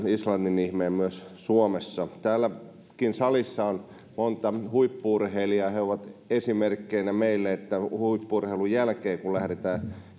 islannin ihmeen myös suomessa täälläkin salissa on monta huippu urheilijaa he ovat esimerkkeinä meille että huippu urheilun jälkeen kun lähdetään